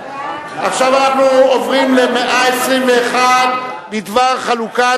עכשיו אנחנו עוברים להצעה בדבר חלוקת